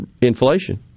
inflation